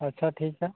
ᱟᱪᱪᱷᱟ ᱴᱷᱤᱠᱼᱟ